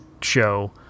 show